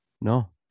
No